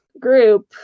group